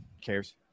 cares